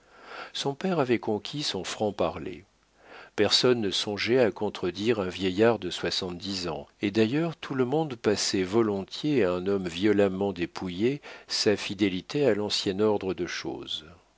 son père avait conquis son franc parler personne ne songeait à contredire un vieillard de soixante-dix ans et d'ailleurs tout le monde passait volontiers à un homme violemment dépouillé sa fidélité à l'ancien ordre de choses